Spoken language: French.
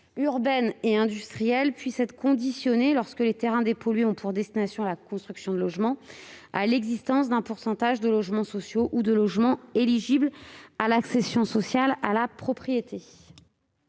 urbaines et industrielles soient conditionnées, lorsque les terrains dépollués ont pour destination la construction de logements, à la fixation d'un pourcentage minimum de logements sociaux ou de logements éligibles à l'accession sociale à la propriété.